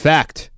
Fact